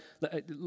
Let